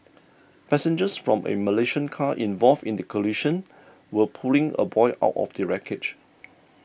passengers from a Malaysian car involved in the collision were pulling a boy out of the wreckage